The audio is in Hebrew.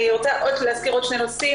אני רוצה להזכיר עוד שני נושאים,